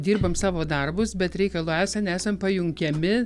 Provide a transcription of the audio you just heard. dirbam savo darbus bet reikalui esant esam pajungiami